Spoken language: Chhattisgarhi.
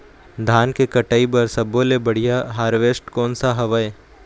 धान के कटाई बर सब्बो ले बढ़िया हारवेस्ट कोन सा हवए?